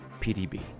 PDB